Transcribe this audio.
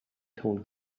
told